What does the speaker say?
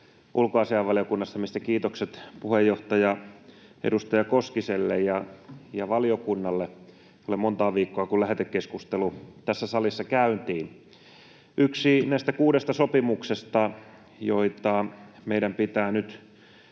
ulkoasiainvaliokunnassa, mistä kiitokset puheenjohtaja, edustaja Koskiselle ja valiokunnalle. Ei ole montaa viikkoa siitä, kun lähetekeskustelu tässä salissa käytiin. Tämä on yksi näistä kuudesta sopimuksesta, joista meidän pitää nyt